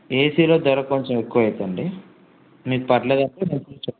ఏసీలో ధర కొంచెం ఎక్కువ అయిద్దండీ మీకు పర్లేదు అంటే నేను చూసి చెప్తానూ